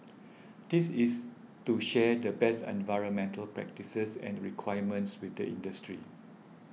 this is to share the best environmental practices and requirements with the industry